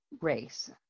race